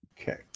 Okay